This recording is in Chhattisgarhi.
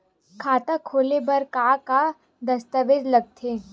खाता खोले बर का का दस्तावेज लगथे?